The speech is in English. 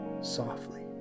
softly